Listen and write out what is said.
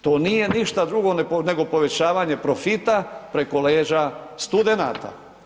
To nije ništa drugo nego povećavanje profita preko leđa studenata.